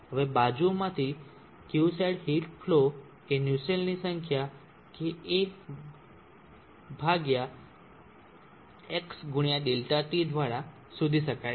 હવે બાજુઓમાંથી Qside heat flow એ નુસેલ્ટની સંખ્યા KA ભાગ્યા X× ΔT દ્વારા શોધી શકાય છે